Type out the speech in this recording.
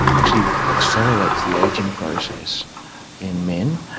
actually accelerates the ageing process in men,